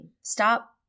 Stop